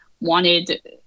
wanted